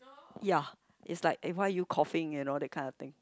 ya it's like eh why are you coughing you know that kind of thing